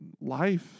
life